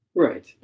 Right